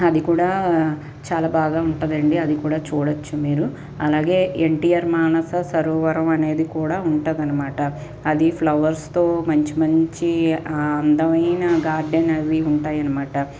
అది కూడా చాలా బాగా ఉంటుంది అండి అది కూడా చూడొచ్చు మీరు అలాగే ఎన్టిఆర్ మానససరోవరం అనేది కూడా ఉంటుంది అనమాట అది ఫ్లవర్స్తో మంచి మంచి ఆ అందమైన గార్డెన్ అవి ఉంటాయి అనమాట